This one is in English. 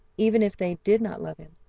even if they did not love him.